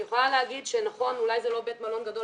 אני יכולה לומר שאולי זה לא בית מלון גדול